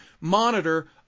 monitor